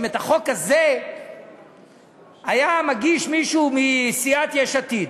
אם את החוק הזה היה מגיש מישהו מסיעת יש עתיד,